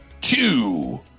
two